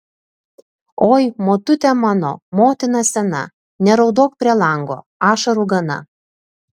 oi motute mano motina sena neraudok prie lango ašarų gana